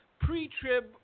pre-trib